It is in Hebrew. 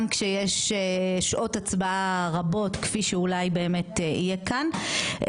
כשיש שעות הצבעה רבות כפי שאולי באמת יהיה כאן,